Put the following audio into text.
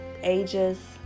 ages